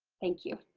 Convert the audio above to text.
thank you.